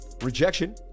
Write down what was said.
Rejection